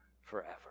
forever